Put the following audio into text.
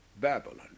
Babylon